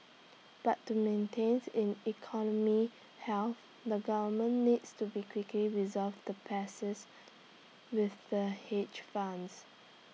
but to maintains in economy health the government needs to be quickly resolve the passes with the hedge funds